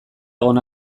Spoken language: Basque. egon